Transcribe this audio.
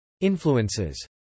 Influences